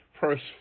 first